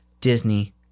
Disney